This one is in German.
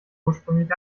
ursprünglich